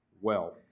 wealth